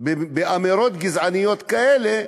באמירות גזעניות כאלה,